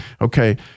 okay